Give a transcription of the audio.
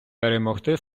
перемогти